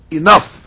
enough